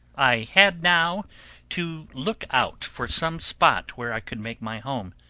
i had now to look out for some spot where i could make my home.